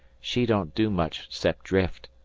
she don't do much cep drift.